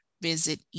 visit